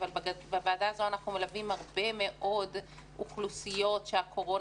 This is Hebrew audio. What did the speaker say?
אבל בוועדה הזו אנחנו מלווים הרבה מאוד אוכלוסיות שהקורונה